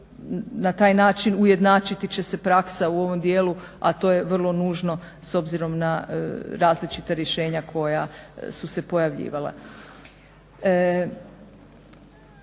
na taj način ujednačiti će se praksa u ovom dijelu, a to je vrlo nužno s obzirom na različita rješenja koja su se pojavljivala.